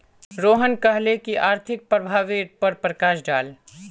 रोहन कहले की आर्थिक प्रभावेर पर प्रकाश डाल